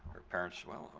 her parents said, well,